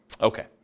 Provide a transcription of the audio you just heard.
Okay